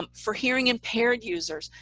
um for hearing impaired users,